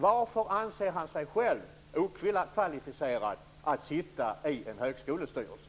Varför anser han sig själv okvalificerad att sitta i en högskolestyrelse?